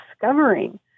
discovering